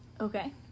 Okay